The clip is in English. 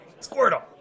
Squirtle